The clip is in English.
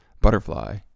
butterfly